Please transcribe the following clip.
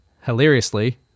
hilariously